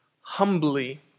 humbly